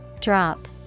Drop